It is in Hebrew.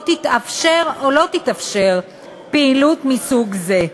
תתאפשר או לא תתאפשר פעילות מסוג זה.